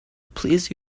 please